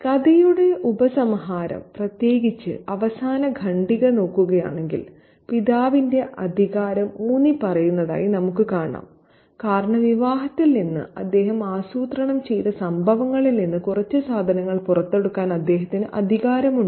കഥയുടെ ഉപസംഹാരം പ്രത്യേകിച്ച് അവസാന ഖണ്ഡിക നോക്കുകയാണെങ്കിൽ പിതാവിന്റെ അധികാരം ഊന്നിപ്പറയുന്നതായി നമുക്ക് കാണാം കാരണം വിവാഹത്തിൽ നിന്ന് അദ്ദേഹം ആസൂത്രണം ചെയ്ത സംഭവങ്ങളിൽ നിന്ന് കുറച്ച് സാധനങ്ങൾ പുറത്തെടുക്കാൻ അദ്ദേഹത്തിന് അധികാരമുണ്ട്